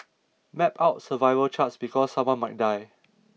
map out survival charts because someone might die